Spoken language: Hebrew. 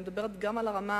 אני מדברת גם על הרמה